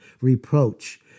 Reproach